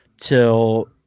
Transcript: till